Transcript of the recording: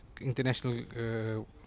international